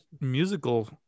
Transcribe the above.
musical